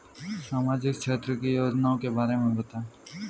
सामाजिक क्षेत्र की योजनाओं के बारे में बताएँ?